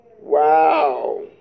Wow